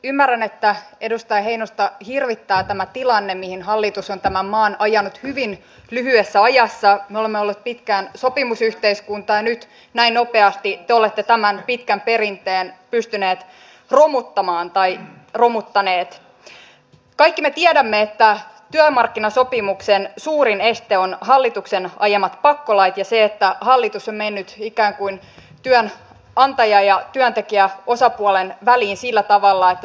kun täällä edustaja filatov oli varmaan aiheellisesti huolissaan siitä lähtevätkö nämä työllistämistoimet riittävän nopeasti tapahtumaan ja työllisyys paranemaan niin minä kyllä uskon niin että jos tämä kilpailukykypaketti saadaan maaliin se antaa heti sen signaalin että suomeen kannattaa investoida ja kun usko palautuu siihen että suomalaisen työn kilpailukyky on kunnossa se myöskin torppaa niitä hankkeita joissa ajatellaan työtä siirtyvän täältä ulkopuolelle